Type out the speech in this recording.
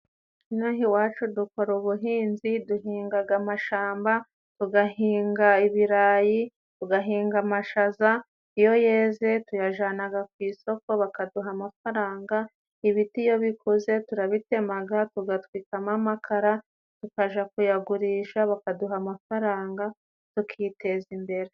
Ino aha iwacu dukora ubuhinzi, duhingaga amashamba, tugahinga ibirayi, tugahinga amashaza, iyo yeze tuyajanaga ku isoko bakaduha amafaranga. Ibiti iyo bikuze turabitemaga tugatwikamo amakara tukaja kuyagurisha bakaduha amafaranga tukiteza imbere.